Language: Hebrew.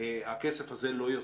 אבל הכסף הזה לא יוצא.